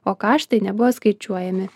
o kaštai nebuvo skaičiuojami